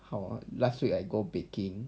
how ah last week I go baking